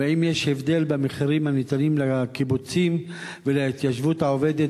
והאם יש הבדל במחירים הניתנים לקיבוצים ולהתיישבות העובדת